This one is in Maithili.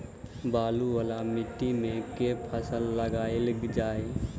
बालू वला माटि मे केँ फसल लगाएल जाए?